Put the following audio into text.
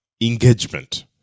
engagement